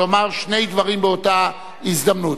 לומר שני דברים באותה הזדמנות: